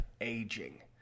aging